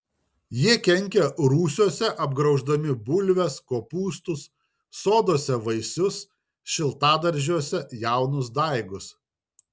jie kenkia rūsiuose apgrauždami bulves kopūstus soduose vaisius šiltadaržiuose jaunus daigus